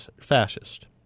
fascist